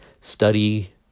study